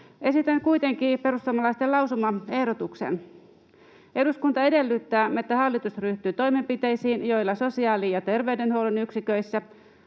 Esitän kuitenkin perussuomalaisten lausumaehdotuksen: ”Eduskunta edellyttää, että hallitus ryhtyy toimenpiteisiin, joilla sosiaali- ja terveydenhuollon yksiköissä